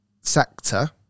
sector